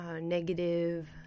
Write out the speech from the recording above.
negative